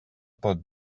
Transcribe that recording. pot